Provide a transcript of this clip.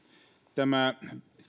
tämä